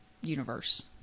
universe